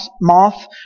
moth